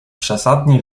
przesadnie